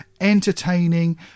entertaining